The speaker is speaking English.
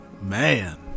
man